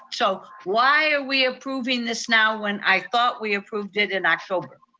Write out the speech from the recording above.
so why are we approving this now when i thought we approved it in october?